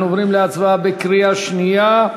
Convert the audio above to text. אנחנו עוברים להצבעה בקריאה שנייה,